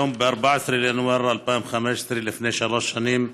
ב-14 בינואר 2015, היום לפני שלוש שנים,